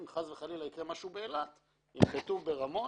אם חס וחלילה יקרה משהו באילת ינחתו ברמון,